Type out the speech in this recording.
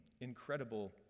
incredible